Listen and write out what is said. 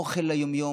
אוכל ליום-יום.